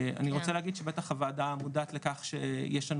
אני רוצה להגיד שבטח הוועדה מודעת לכך שיש לנו